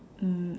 um